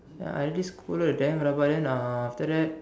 ya I already scold her damn rabak then uh after that